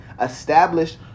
established